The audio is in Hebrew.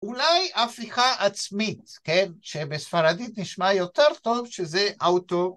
אולי הפיכה עצמית, כן, שבספרדית נשמע יותר טוב שזה אוטו